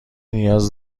نیاز